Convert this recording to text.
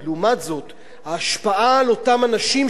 ההשפעה על אותם אנשים שיקבלו את הפטור,